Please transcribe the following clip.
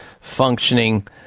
functioning